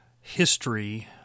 history